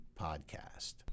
podcast